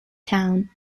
town